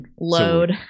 load